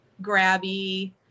grabby